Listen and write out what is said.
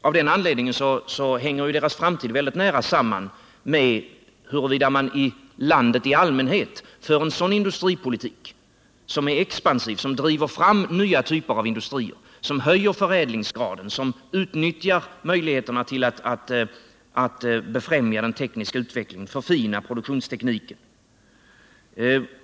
Av den anledningen hänger deras framtid nära samman med huruvida man i landet i allmänhet för en industripolitik som är expansiv, som driver fram nya typer av industrier, som höjer förädlingsgraden, som utnyttjar möjligheterna att befrämja den tekniska utvecklingen och förfina produktionstekniken.